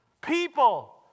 people